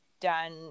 done